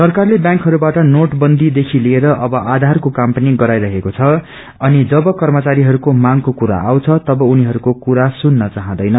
सरकारले व्यांकहरूबाट नोबबन्दी देखि लिएर अब आधारको काम पनि गराईरछेको छ अनि जब कर्मचारीहरूको मांगको कुरा आउँछ तब उनीहरूको कुरा सुन्न चाहदैन